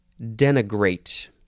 denigrate